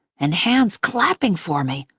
and hands clapping for me.